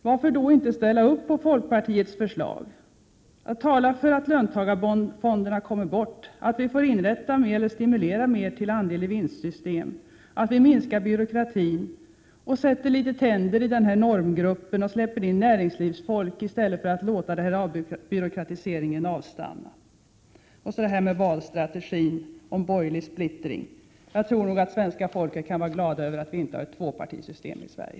Varför då inte ställa sig bakom folkpartiets förslag och tala för att löntagarfonderna kommer bort, att vi får stimulera andel-i-vinst-system, att vi minskar byråkratin och sätter litet tänder i normgruppen och släpper in näringslivsfolk i stället för att låta avbyråkratiseringen avstanna? Och så det här med valstrategi och borgerlig splittring: Jag tror nog att svenska folket kan glädja sig över att vi inte har ett tvåpartisystem i Sverige!